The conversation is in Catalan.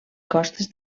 costes